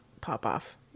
pop-off